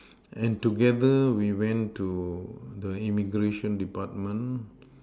and together we went to the immigration department